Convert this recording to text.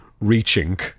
reaching